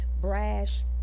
brash